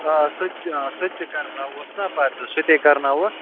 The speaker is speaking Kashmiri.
آ سُہ تہِ سُہ تہِ کَرناوہوس نا پَتہٕ سُہ تے کَرٕناوَہوس